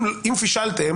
אם פישלתם